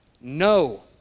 No